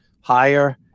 higher